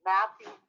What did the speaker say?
Matthew